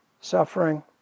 suffering